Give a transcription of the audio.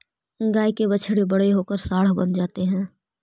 गाय के बछड़े बड़े होकर साँड बन जा हई